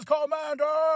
Commander